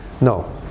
No